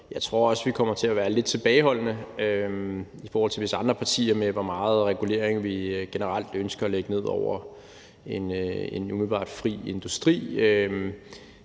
jeg tror også, at vi kommer til at være lidt tilbageholdende i forhold til visse andre partier med, hvor meget regulering vi generelt ønsker at lægge ned over en umiddelbart fri industri.